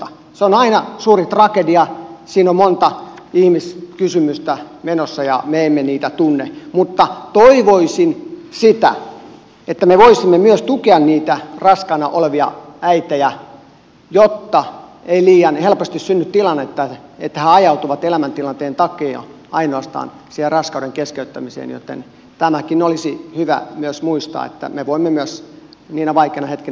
se on aina suuri tragedia siinä on monta ihmiskysymystä menossa ja me emme niitä tunne mutta toivoisin sitä että me voisimme myös tukea niitä raskaana olevia äitejä jotta ei liian helposti synny tilannetta että he ajautuvat ainoastaan elämäntilanteen takia siihen raskauden keskeyttämiseen joten tämäkin olisi hyvä muistaa että me voimme myös niinä vaikeina hetkinä tukea heitä